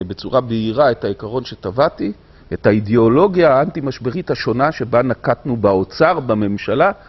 בצורה בהירה את העיקרון שטבעתי, את האידיאולוגיה האנטי-משברית השונה שבה נקטנו באוצר, בממשלה